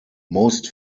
most